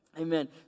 Amen